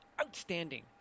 Outstanding